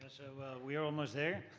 we're almost there.